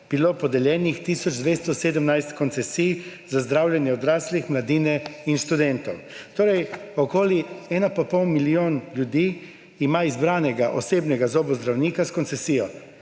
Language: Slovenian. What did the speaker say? bilo podeljenih tisoč 217 koncesij za zdravljenje odraslih, mladine in študentov. Torej okoli en in pol milijon ljudi ima izbranega osebnega zobozdravnika s koncesijo,